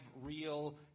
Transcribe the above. real